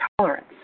tolerance